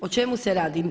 O čemu se radi?